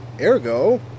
Ergo